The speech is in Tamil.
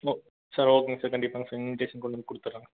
ஓ சார் ஓகே சார் கண்டிப்பாகங்க சார் இன்விடேஷன் கொண்டு வந்து கொடுத்துறங்க